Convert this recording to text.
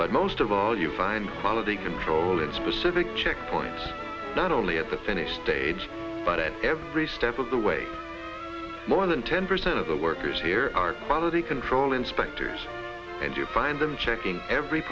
but most of all you find quality control in specific checkpoints not only at the finish stage but at every step of the way more than ten percent of the workers here are quality control inspectors and you find them checking every